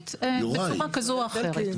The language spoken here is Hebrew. כלכלית בצורה כזו או אחרת.